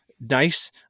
nice